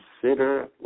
Consider